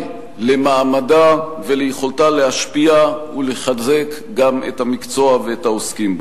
למעמדה וליכולתה להשפיע ולחזק גם את המקצוע ואת העוסקים בו.